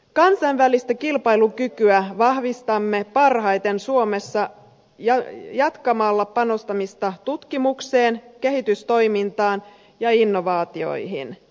kansainvälistä kilpailukykyä vahvistamme parhaiten suomessa jatkamalla panostamista tutkimukseen kehitystoimintaan ja innovaatioihin